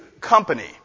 company